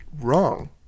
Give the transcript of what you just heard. Wrong